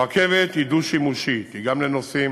שהרכבת היא דו-שימושית: היא גם לנוסעים